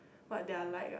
what their like ah